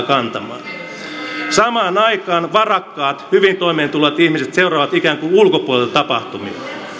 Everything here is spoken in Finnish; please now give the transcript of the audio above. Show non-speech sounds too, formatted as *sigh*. *unintelligible* kantamaan samaan aikaan varakkaat hyvin toimeentulevat ihmiset seuraavat ikään kuin ulkopuolelta tapahtumia